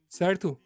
certo